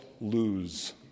lose